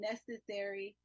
Necessary